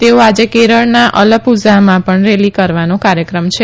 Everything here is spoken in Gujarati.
તેઓ આજે કેરળના અલપુઝામાં પણ રેલી કરવાનો કાર્યક્રમ છે